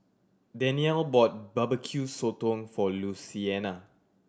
Danyell bought Barbecue Sotong for Luciana